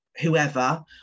whoever